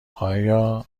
آیا